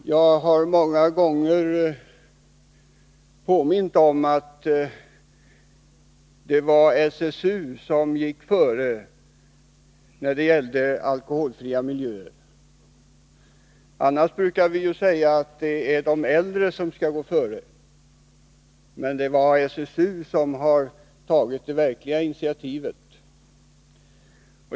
Jag har många gånger påmint om att det var SSU som gick före när det gällde alkoholfria miljöer. Annars brukar vi ju säga att det är de äldre som skall gå före. Det var emellertid SSU som tog det verkliga initiativet.